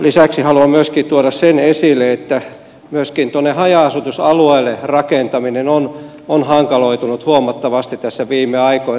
lisäksi haluan tuoda sen esille että myöskin tuonne haja asutusalueille rakentaminen on hankaloitunut huomattavasti tässä viime aikoina